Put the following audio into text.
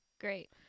Great